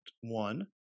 one